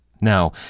Now